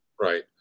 Right